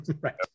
right